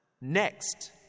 Next